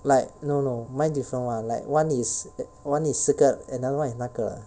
like no no mine different one like one is one is 这个 another one 那个